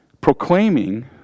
proclaiming